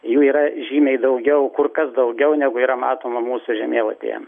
jų yra žymiai daugiau kur kas daugiau negu yra matoma mūsų žemėlapyje